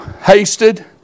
hasted